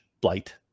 blight